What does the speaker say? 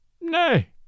Nay